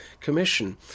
commission